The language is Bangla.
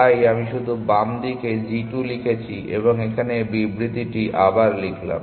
তাই আমি শুধু বাম দিকে g 2 লিখেছি এবং এখানে বিবৃতিটি আবার লিখলাম